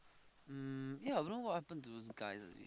um yea don't know what happen to those guys ah